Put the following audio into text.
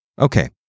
Okay